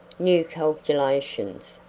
new calculations,